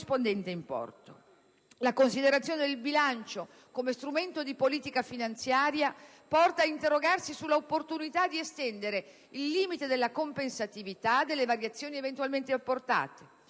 La riconsiderazione del bilancio come strumento di politica finanziaria porta ad interrogarsi sulla opportunità di estendere il limite della compensatività delle variazioni eventualmente apportate.